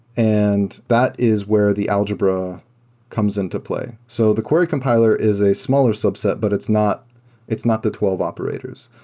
and that is where the algebra comes into play. so the query compiler is a smaller subset, but it's not it's not the twelve operators.